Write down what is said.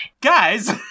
Guys